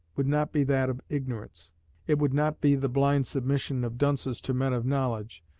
would not be that of ignorance it would not be the blind submission of dunces to men of knowledge,